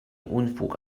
unfug